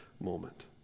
moment